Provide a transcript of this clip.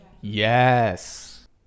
yes